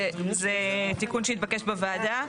זה תיקון שהתבקש בוועדה,